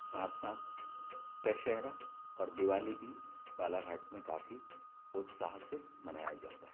साथ साथ दशहरा और दिवाली भी बालाघाट में काफ़ी उत्साह से मनाया जाता हैं